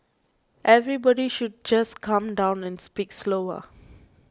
everybody should just calm down and speak slower